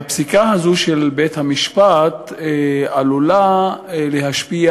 הפסיקה הזאת של בית-המשפט עלולה להשפיע